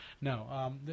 No